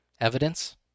evidence